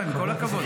בוא, עם כל הכבוד.